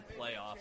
playoffs